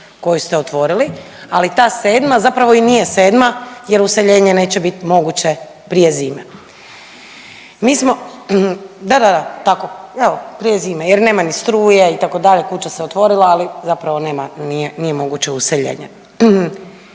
koju ste otvorili, ali ta sedma zapravo i nije sedma jer useljenje neće bit moguće prije zime. …/Upadica se ne razumije./… DA, da, da, tako evo prije zime jer nema ni struje itd. kuća se otvorila, ali zapravo nije moguće useljenje.